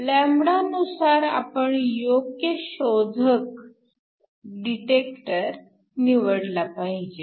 λ नुसार आपण योग्य शोधक डिटेक्टर निवडला पाहिजे